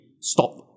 stop